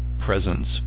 presence